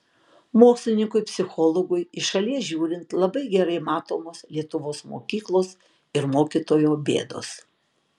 mokslininkui psichologui iš šalies žiūrint labai gerai matomos lietuvos mokyklos ir mokytojo bėdos